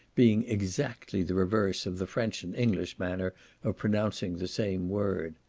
being exactly the reverse of the french and english manner of pronouncing the same word.